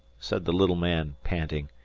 said the little man, panting.